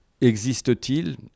Existe-t-il